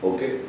Okay